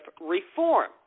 reform